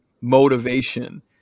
motivation